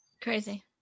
Crazy